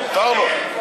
מותר לו.